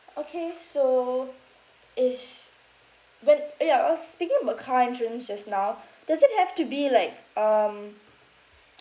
okay so is but ah ya I was thinking about car insurance just now does it have to be like um